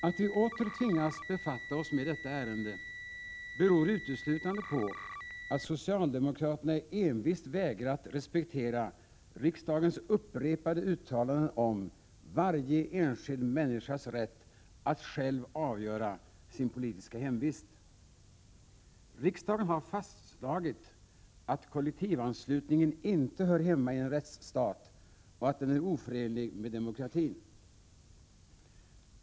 Att vi åter tvingas befatta oss med detta ärende beror uteslutande på att socialdemokraterna envist vägrat respektera riksdagens upprepade uttalanden om varje enskild människas rätt att själv avgöra sin politiska hemvist. Riksdagen har fastslagit att kollektivanslutningen inte hör hemma i en rättsstat och att den är oförenlig med demokratin.